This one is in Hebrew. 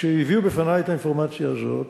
כשהביאו בפני את האינפורמציה הזאת,